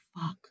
fuck